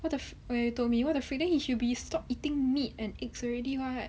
what the f~ okay you told me what the freak then he should be stopped eating meat and eggs already [what]